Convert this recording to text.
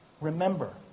remember